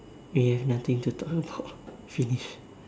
we have nothing to talk about finish